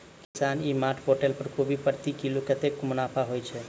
किसान e mart portal पर कोबी प्रति किलो कतै मुनाफा होइ छै?